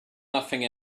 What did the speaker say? laughing